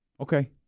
Okay